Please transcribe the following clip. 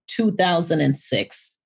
2006